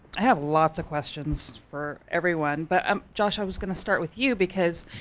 i have lots of questions for everyone but um josh i was gonna start with you because,